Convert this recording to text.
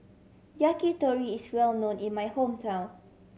yakitori is well known in my hometown